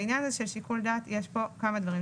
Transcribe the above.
בעניין הזה של שיקול הדעת יש כמה דברים.